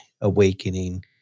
awakening